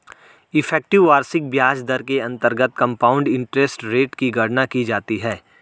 effective वार्षिक ब्याज दर के अंतर्गत कंपाउंड इंटरेस्ट रेट की गणना की जाती है